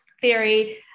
theory